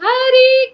Hari